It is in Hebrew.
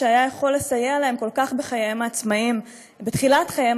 שהיה יכול לסייע להם כל כך בתחילת חייהם